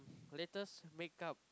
latest make up